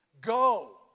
go